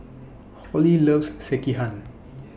Holly loves Sekihan